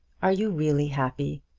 are you really happy?